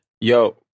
yo